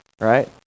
right